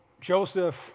Joseph